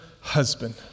husband